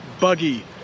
buggy